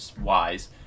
wise